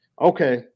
okay